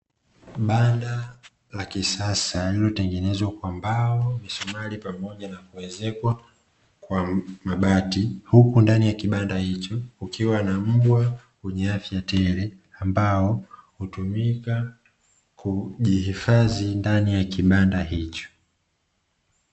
Kibanda cha kisasa kilichotengenezwa kwa bao, misumari pamoja na kuezekwa kwa mabati. Ndani ya kibanda hicho kukiwa na mbwa mwenye afya tele ambaye hutumika kujihifadhi ndani ya kibanda hicho.